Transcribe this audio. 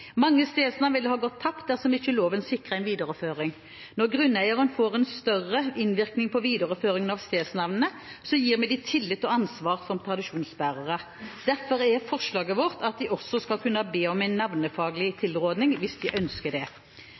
Mange stedsnavn ville ha gått tapt dersom ikke loven sikret en videreføring. Når grunneierne får en større innvirkning på videreføringen av stedsnavnene, gir vi dem tillit og ansvar som tradisjonsbærere. Derfor er forslaget vårt at de også skal kunne be om en navnefaglig tilrådning hvis de ønsker det.